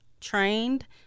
trained